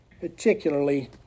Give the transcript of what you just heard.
particularly